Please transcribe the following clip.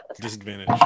Disadvantage